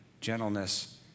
gentleness